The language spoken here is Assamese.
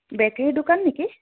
বেকেৰী দোকান নেকি